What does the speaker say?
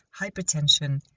hypertension